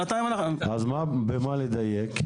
אם כן, במה לדייק?